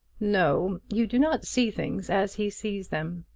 no you do not see things as he sees them.